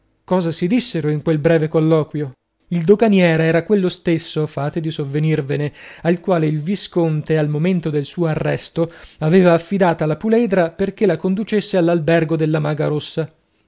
cosa si dissero in quel breve colloquio il doganiere era quello stesso fate di sovvenirvene al quale il visconte al momento del suo arresto aveva affidata la puledra perché la conducesse all'albergo della maga rossa